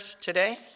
today